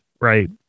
Right